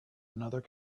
another